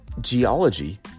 geology